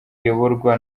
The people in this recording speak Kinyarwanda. iyoborwa